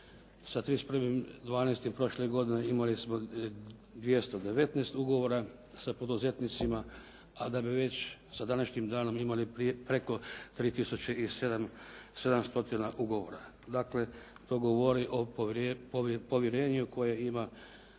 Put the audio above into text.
sa 31.12. prošle godine imali smo 219 ugovora sa poduzetnicima, a da bi već sa današnjim danom imali preko 3700 ugovora. Dakle to govori o povjerenju koje imaju